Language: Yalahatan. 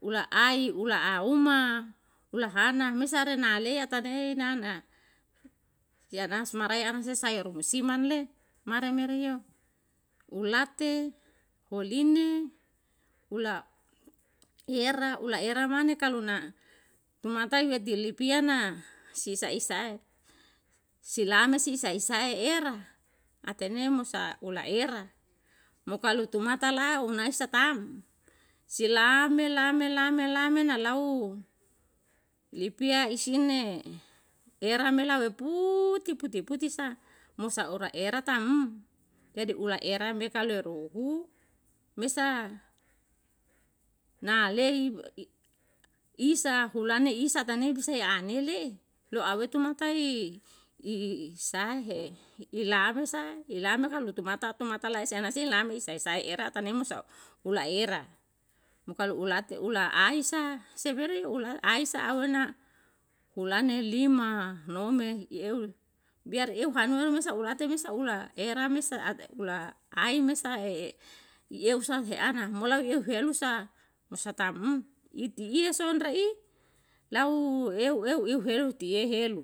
Ula ai ula au ma ula hana mesa rena alei atane tiana asmarae ana se saeru musiman le mare mereo ulate uline ula era ula era mane kalu na matai na sisa isa silame si isa isa e era atene mosa ula era mo kalu tumata lau una esa taa'm silame lame lame lame na lau lipia isi ne era mela we puti puti puti sa mosa ora era taa'm jadi ula era me kaleru hu mesa na'a lei isa hulane isa ta nei bisa e ane le'e lo awe tu mata i isa i he ilam sa ilam rolu tumata tumata lae ese ana se lam isa isae era ata nem so ula era mo kalu ulate ula ai sa semere yo ula aisa awana ulane lima nome i eu biar eu ha nu ulemesa ulate mesa ula era mesa ula ai mesa e ieu sam he ana molau eu helu sa mosa taa'm iti ie son re'i lau eu eu eu helu tie helu